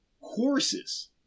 courses